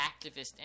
activist